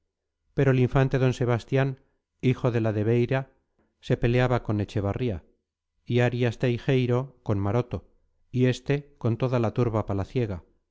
pero el infante d sebastián hijo de la de beira se peleaba con echevarría y arias teijeiro con maroto y este con toda la turba palaciega y la